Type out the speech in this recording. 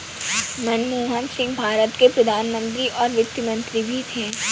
मनमोहन सिंह भारत के प्रधान मंत्री और वित्त मंत्री भी थे